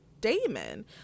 Damon